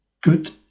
good